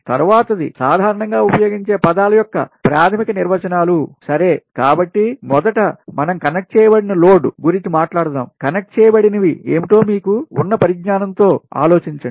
తర్వాతది సాధారణంగా ఉపయోగించే పదాల యొక్క ప్రాథమిక నిర్వచనాలు సరే కాబట్టి మొదట మనం కనెక్ట్ చేయబడిన load connected load connected load గురించిమాట్లాడుతాము కనెక్ట్ చేయబడినవి ఏమిటో మీకు ఉన్న పరిజ్ఞానంతో ఆలోచించండి